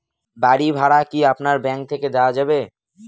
বাড়ী ভাড়া কি আপনার ব্যাঙ্ক থেকে দেওয়া যাবে?